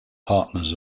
partners